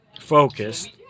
focused